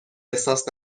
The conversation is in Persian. احساس